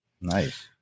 Nice